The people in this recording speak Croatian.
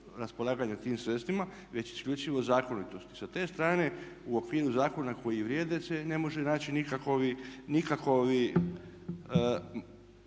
raspolaganja tim sredstvima već isključivo zakonitosti. Sa te strane u okviru zakona koji vrijede se ne može naći nikakvih